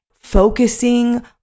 focusing